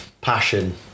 passion